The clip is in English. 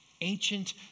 ancient